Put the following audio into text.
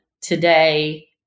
today